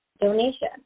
donation